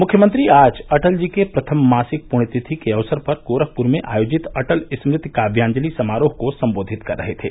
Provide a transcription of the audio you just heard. मुख्यमंत्री आज अटल जी के प्रथम मासिक पृण्यतिथि के अवसर पर गोरखपुर में आयोजित अटल स्मृति काव्यांजलि समारोह को संबोधित कर रहे थे